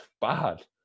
Bad